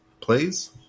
please